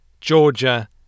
Georgia